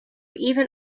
even